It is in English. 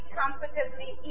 comfortably